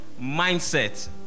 mindset